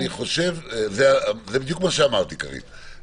זה בדיוק מה שאמרתי, קארין.